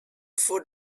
for